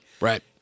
Right